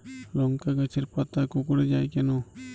লংকা গাছের পাতা কুকড়ে যায় কেনো?